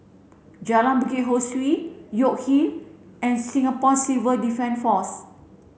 Jalan Bukit Ho Swee York Hill and Singapore Civil Defence Force